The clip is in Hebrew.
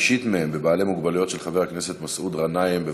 הם בבעלי מוגבלות, של חבר הכנסת מסעוד גנאים.